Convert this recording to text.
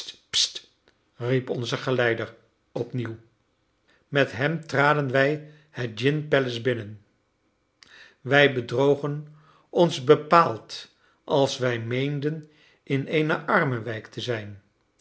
riep onze geleider opnieuw met hem traden wij het gin palace binnen wij bedrogen ons bepaald als wij meenden in eene armenwijk te zijn